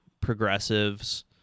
progressives